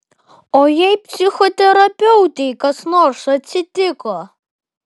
o jei psichoterapeutei kas nors atsitiko